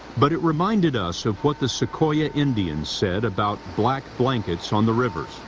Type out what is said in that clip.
but it reminded us of what the secoya indians said about blank blankets on the rivers.